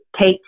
take